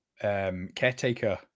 Caretaker